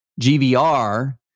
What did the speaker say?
GVR